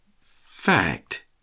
fact